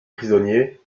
prisonniers